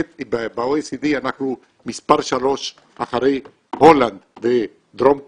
ב-OECD אנחנו מספר שלוש אחרי הולנד ודרום קוריאה,